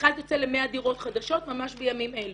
מכרז יוצא ל-100 דירות חדשות ממש בימים אלו.